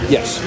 Yes